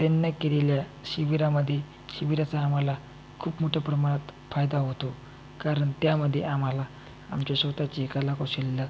त्यांनी केलेल्या शिबिरामध्ये शिबिराचा आम्हाला खूप मोठ्या प्रमाणात फायदा होतो कारण त्यामध्ये आम्हाला आमच्या स्वतःची कलाकौशल्य